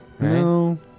No